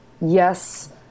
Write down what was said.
yes